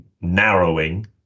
narrowing